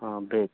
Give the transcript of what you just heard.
ꯑꯥ bag